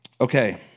Okay